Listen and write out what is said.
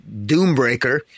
Doombreaker